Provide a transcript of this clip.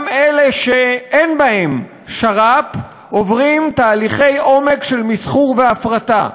גם אלה שאין בהם שר"פ עוברים תהליכי עומק של מסחור והפרטה: